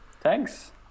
Thanks